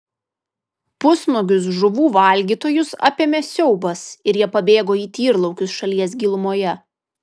pusnuogius žuvų valgytojus apėmė siaubas ir jie pabėgo į tyrlaukius šalies gilumoje